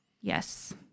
Yes